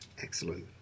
Excellent